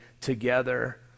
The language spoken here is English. together